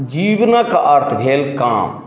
जीवनक अर्थ भेल काम